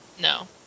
No